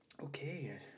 Okay